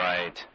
Right